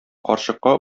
карчыкка